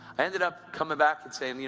i ended up coming back and saying, you